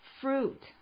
fruit